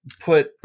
put